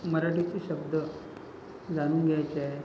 मराठीचे शब्द जाणून घ्यायचे आहे